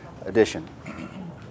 edition